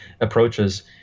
approaches